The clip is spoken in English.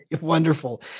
wonderful